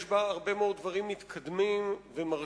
יש בה הרבה מאוד דברים מתקדמים ומרשימים,